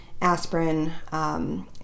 aspirin